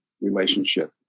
relationship